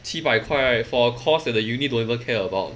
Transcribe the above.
七百块 right for a course that the uni don't even care about